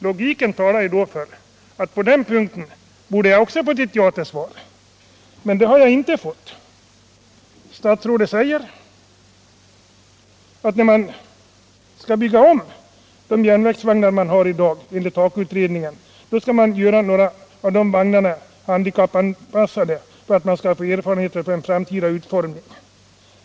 Logiken borde ha talat för att jag hade fått svaret ja också på den frågan. Men det har jag inte fått. Statsrådet säger att när man skall bygga om de järnvägsvagnar som finns i dag skall man enligt HAKO-utredningens förslag göra några av dem handikappanpassade för att få erfarenheter för en framtida utformning.